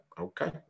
okay